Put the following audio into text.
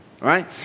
right